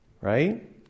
right